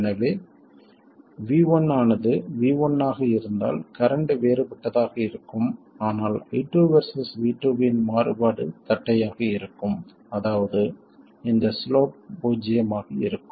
எனவே V1 ஆனது V1 ஆக இருந்தால் கரண்ட் வேறுபட்டதாக இருக்கும் ஆனால் I2 வெர்சஸ் V2 இன் மாறுபாடு தட்டையாக இருக்கும் அதாவது இந்த சிலோப் பூஜ்ஜியமாக இருக்கும்